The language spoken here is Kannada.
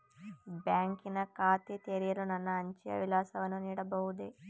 ಬ್ಯಾಂಕಿನ ಖಾತೆ ತೆರೆಯಲು ನನ್ನ ಅಂಚೆಯ ವಿಳಾಸವನ್ನು ನೀಡಬಹುದೇ?